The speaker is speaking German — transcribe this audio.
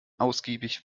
ausgiebig